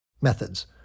Methods